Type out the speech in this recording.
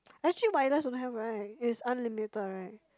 actually wireless don't have right it's unlimited right